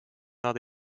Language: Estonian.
nad